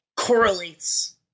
correlates